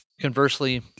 Conversely